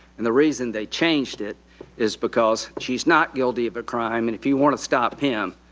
and the reason they changed it is because she's not guilty of a crime, and if you want to stop him,